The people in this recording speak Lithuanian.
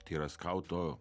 tai yra skauto